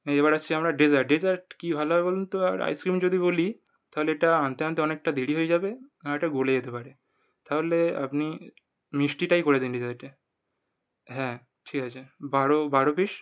এবার আসছি আমরা ডেজার্ট ডেজার্ট কী ভালো হবে বলুন তো আর আইসক্রিম যদি বলি তাহলে এটা আনতে আনতে অনেকটা দেরি হয়ে যাবে আর এটা গলে যেতে পারে তাহলে আপনি মিষ্টিটাই করে দিন ডেজার্টে হ্যাঁ ঠিক আছে বারো বারো পিস